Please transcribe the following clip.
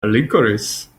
licorice